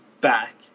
back